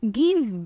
give